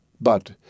But